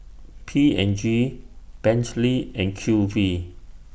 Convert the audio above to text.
P and G Bentley and Q V